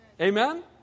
Amen